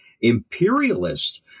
imperialist